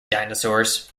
dinosaurs